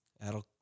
that'll